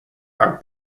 are